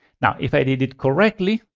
now, if i did it correctly,